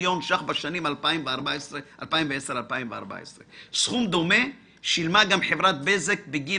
מיליון ₪ בשנים 2010-2014. סכום דומה שילמה גם חברת בזק בגין